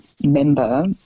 member